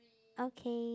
okay